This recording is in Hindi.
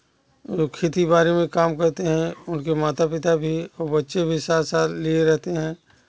खेती बाड़ी में करते हैं उनके माता पिता भी और बच्चे भी साथ साथ लिए रहते हैं